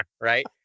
Right